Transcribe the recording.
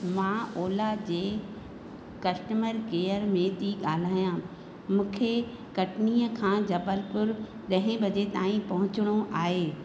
मां ओला जे customer care में थी ॻाल्हायां मूंखे कटनीअ खां जबलपुर ॾहें बजे ताईं पहुचणो आहे